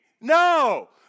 No